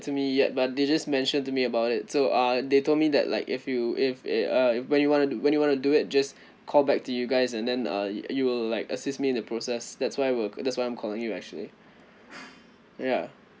to me yet but they just mentioned to me about it so uh they told me that like if you if if uh when you want to when you want to do it just call back to you guys and then uh you will like assist me in the process that's why will that's why I'm calling you actually ya